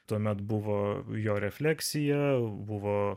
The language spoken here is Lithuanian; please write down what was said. tuomet buvo jo refleksija buvo